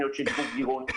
תוכניות שדרוג דירות,